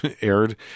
aired